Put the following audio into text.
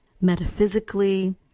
metaphysically